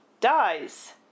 dies